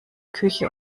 küche